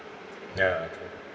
ya true